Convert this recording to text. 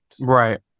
Right